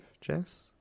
Jess